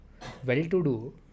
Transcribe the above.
well-to-do